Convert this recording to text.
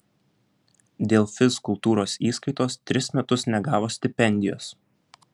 dėl fizkultūros įskaitos tris metus negavo stipendijos